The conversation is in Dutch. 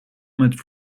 met